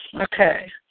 okay